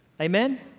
Amen